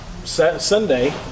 Sunday